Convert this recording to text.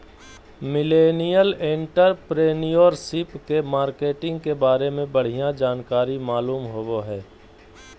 millennial entrepreneurship के marketing के बारे में बढ़िया जानकारी मालूम होबो हय